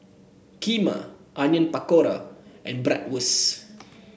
Kheema Onion Pakora and Bratwurst